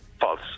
False